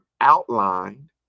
outlined